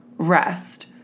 Rest